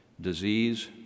disease